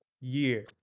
year